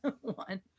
one